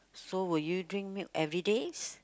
so will you drink milk everyday's